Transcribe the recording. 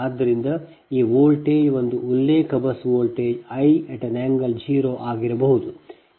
ಆದ್ದರಿಂದ ಈ ವೋಲ್ಟೇಜ್ ಒಂದು ಉಲ್ಲೇಖ ಬಸ್ ವೋಲ್ಟೇಜ್ 1∠0 ಆಗಿರಬಹುದು